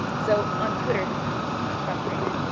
so on twitter, this is me being frustrated,